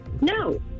No